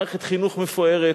מערכת חינוך מפוארת,